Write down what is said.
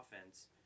offense